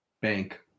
bank